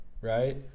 right